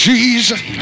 Jesus